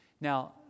Now